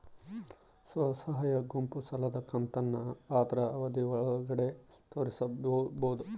ಸ್ವಸಹಾಯ ಗುಂಪು ಸಾಲದ ಕಂತನ್ನ ಆದ್ರ ಅವಧಿ ಒಳ್ಗಡೆ ತೇರಿಸಬೋದ?